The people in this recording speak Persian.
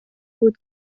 بود